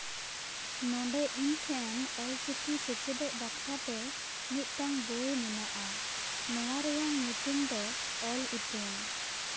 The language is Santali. ᱱᱚᱰᱮ ᱤᱧ ᱴᱷᱮᱱ ᱚᱞᱪᱤᱠᱤ ᱥᱮᱪᱮᱫᱚᱜ ᱵᱟᱠᱷᱨᱟ ᱛᱮ ᱢᱤᱫᱴᱟᱝ ᱵᱳᱭ ᱢᱮᱱᱟᱜᱼᱟ ᱱᱚᱣᱟ ᱨᱮᱭᱟᱝ ᱧᱩᱛᱩᱢ ᱫᱚ ᱚᱞ ᱤᱛᱩᱱ